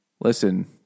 listen